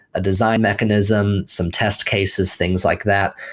a design mechanism, some test cases, things like that,